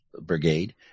brigade